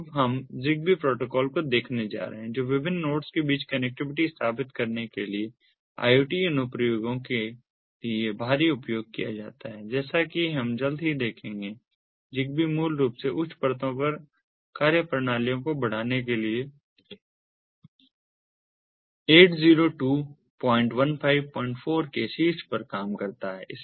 अब हम ZigBee protocol को देखने जा रहे हैं जो विभिन्न नोड्स के बीच कनेक्टिविटी स्थापित करने के लिए IoT अनुप्रयोगों के लिए भारी उपयोग किया जाता है जैसा कि हम जल्द ही देखेंगे ZigBee मूल रूप से उच्च परतों पर कार्य प्रणालियों को बढ़ाने के लिए 802154 के शीर्ष पर काम करता है